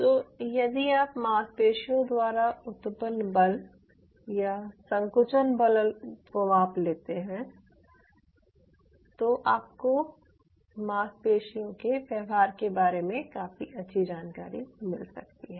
तो यदि आप मांसपेशियों द्वारा उत्पन्न बल या संकुचन बल को माप लेते हैं तो आपको मांसपेशियों के व्यवहार के बारे में काफी अच्छी जानकारी मिल सकती है